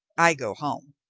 i go home.